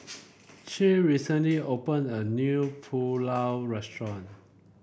Che recently open a new Pulao restaurant